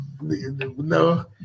No